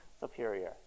Superior